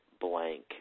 blank